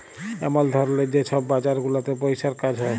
এমল ধরলের যে ছব বাজার গুলাতে পইসার কাজ হ্যয়